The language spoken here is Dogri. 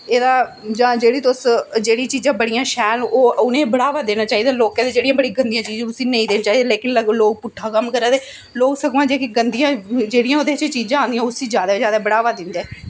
जां तुस जेह्ड़ी चीज़ां बड़ी शैल न ओह् तुस बढ़ावा देना चाहिदा ते कन्नै जेह्ड़ियां गंदियां चीज़ां उसगी नेईं दिक्खना चाहिदा पर लोक पुट्ठा कम्म करा दे लोग सगुआं ओह्दे च गंदियां चीज़ां आंदियां उसगी जादै जादै बढ़ावा दिंदे